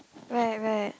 where where